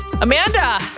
Amanda